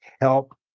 help